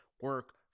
Work